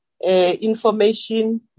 Information